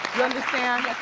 you understand?